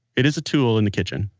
it is a tool in the kitchen.